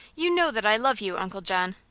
you know that i love you, uncle john.